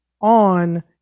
on